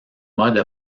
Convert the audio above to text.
mode